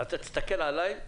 תסתכל עליי,